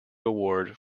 award